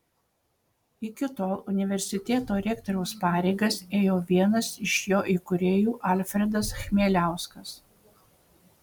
iki tol universiteto rektoriaus pareigas ėjo vienas iš jo įkūrėjų alfredas chmieliauskas